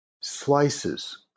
slices